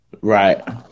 Right